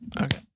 Okay